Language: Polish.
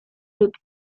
lud